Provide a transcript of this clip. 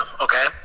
okay